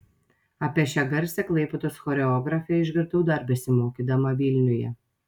apie šią garsią klaipėdos choreografę išgirdau dar besimokydama vilniuje